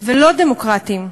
ולא דמוקרטיים.